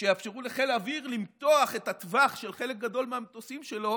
שיאפשרו לחיל האוויר למתוח את הטווח של חלק גדול מהמטוסים שלו